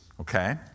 Okay